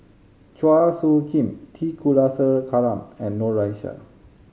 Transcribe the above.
Chua Soo Khim T Kulasekaram and Noor Aishah